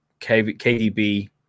KDB